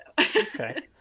okay